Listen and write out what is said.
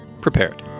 prepared